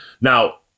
Now